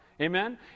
Amen